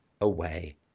away